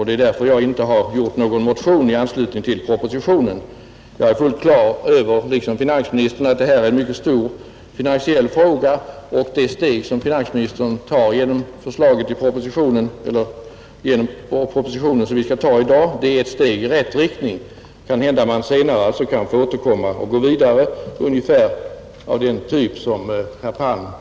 Det är därför jag inte väckt någon motion i anslutning till propositionen, Jag är, liksom finansministern, fullt klar över att det här är en mycket stor finansiell fråga. Det steg som finansministern tar genom propositionen, som behandlas i dag, är ett steg i rätt riktning. Man kanske senare kan få återkomma och gå vidare mot en lösning ungefär av den typ som herr Palm var inne på.